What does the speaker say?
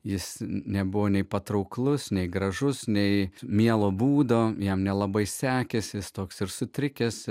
jis nebuvo nei patrauklus nei gražus nei mielo būdo jam nelabai sekėsi jis toks ir sutrikęs